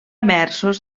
versos